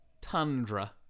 Tundra